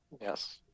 Yes